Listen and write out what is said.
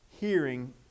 hearing